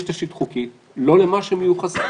יש תשתית חוקית, לא למה שמיוחס,